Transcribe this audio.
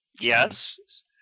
Yes